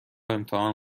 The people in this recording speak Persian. امتحان